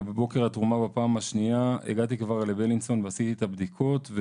ובבוקר התרומה בפעם השנייה הגעתי כבר לבילינסון ועשיתי את הבדיקות,